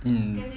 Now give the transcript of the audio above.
mm